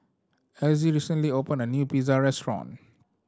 Elzie recently opened a new Pizza Restaurant